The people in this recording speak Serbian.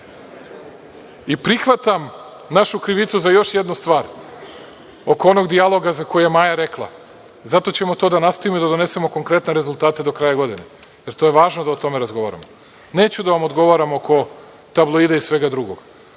i prihvatam našu krivicu za još jednu stvar, oko onog dijaloga za koji je Maja rekla. Zato ćemo to da nastavimo i da donesemo konkretne rezultate do kraja godine, jer to je važno da o tome razgovaramo. Neću da vam odgovaram oko tabloida i svega drugog,